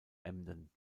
emden